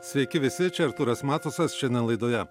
sveiki visi čia artūras matusas šiandien laidoje